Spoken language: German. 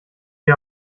ich